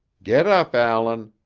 get up, allan.